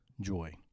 joy